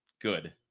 good